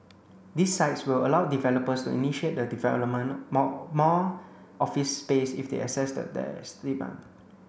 these sites will allow developers to initiate the development more more office space if they assess that there is demand